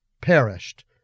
perished